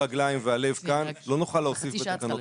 רגליים והלב כאן לא נוכל להוסיף בתקנות.